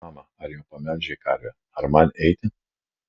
mama ar jau pamelžei karvę ar man eiti